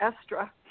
Estra